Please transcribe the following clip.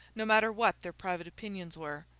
no matter what their private opinions were.